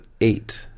eight